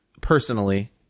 personally